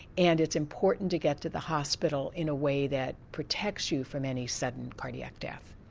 and it's important to get to the hospital in a way that protects you from any sudden cardiac death.